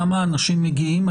כמה אנשים מגיעים?